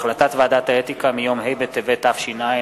החלטת ועדת האתיקה מיום ה' בטבת התש"ע,